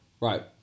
Right